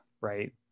right